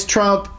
Trump